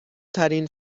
ترین